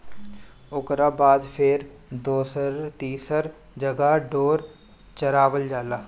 ओकरा बाद फेर दोसर तीसर जगह ढोर चरावल जाला